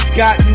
got